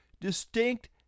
distinct